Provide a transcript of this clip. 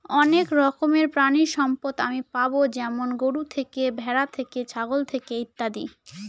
অনেক রকমের প্রানীসম্পদ আমি পাবো যেমন গরু থেকে, ভ্যাড়া থেকে, ছাগল থেকে ইত্যাদি